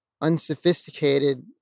unsophisticated